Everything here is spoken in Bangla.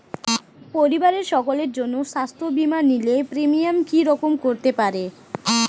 পরিবারের সকলের জন্য স্বাস্থ্য বীমা নিলে প্রিমিয়াম কি রকম করতে পারে?